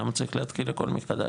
למה צריך להתחיל הכול מחדש?